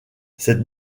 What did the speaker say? cette